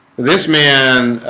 this man